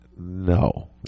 No